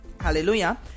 Hallelujah